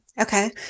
Okay